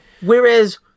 whereas